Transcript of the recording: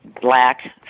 black